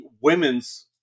women's